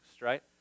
right